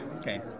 okay